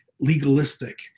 legalistic